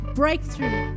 breakthrough